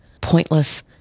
pointless